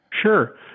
Sure